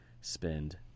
spend